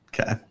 Okay